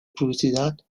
publicidad